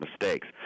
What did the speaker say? mistakes